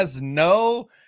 no